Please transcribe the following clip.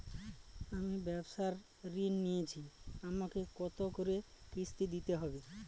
আমি ব্যবসার ঋণ নিয়েছি আমাকে কত করে কিস্তি দিতে হবে?